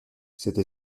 cette